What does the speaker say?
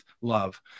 love